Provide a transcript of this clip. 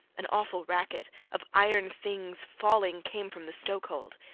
an awful racket, of iron things falling, came from the stokehold.